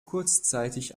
kurzzeitig